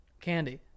candy